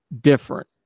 different